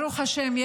ברוך השם,